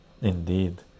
indeed